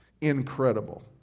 incredible